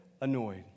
annoyed